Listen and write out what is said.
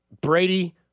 Brady